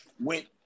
Went